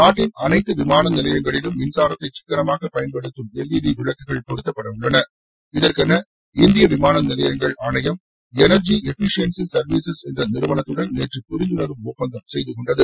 நாட்டின் அனைத்து விமான நிலையங்களிலும் மின்சாரத்தை சிக்கனமாக பயன்படுத்தும் எல்இடி விளக்குகள் பொருத்தப்படவுள்ளன இதற்கென இந்திய விமான நிலையங்கள் ஆணையம் எனர்ஜி எபிஷியன்ஸி சர்வீஸஸ் என்ற நிறுவனத்துடன் நேற்று புரிந்துணர்வு ஒப்பந்தம் செய்து கொண்டது